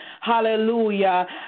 Hallelujah